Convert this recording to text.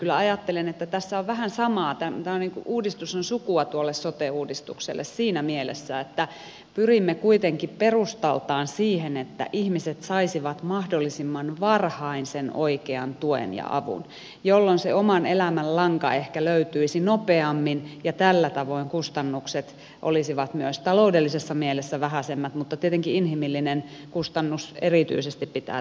kyllä ajattelen että tässä on vähän samaa tämä uudistus on niin kuin sukua tuolle sote uudistukselle siinä mielessä että pyrimme kuitenkin perustaltaan siihen että ihmiset saisivat mahdollisimman varhain sen oikean tuen ja avun jolloin se oman elämän lanka ehkä löytyisi nopeammin ja tällä tavoin kustannukset olisivat myös taloudellisessa mielessä vähäisemmät mutta tietenkin inhimillinen kustannus erityisesti pitää tässä pitää mielessä